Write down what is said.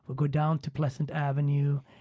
but go down to pleasant avenue,